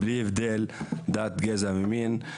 בלי הבדל דת, גזע ומין.